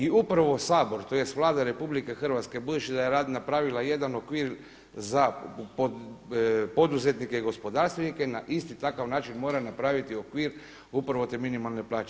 I upravo Sabor tj. Vlada Republike Hrvatske budući da je napravila jedan okvir za poduzetnike i gospodarstvenike na isti takav način mora napraviti okvir upravo te minimalne plaće.